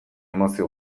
emozio